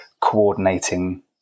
coordinating